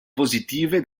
positive